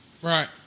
Right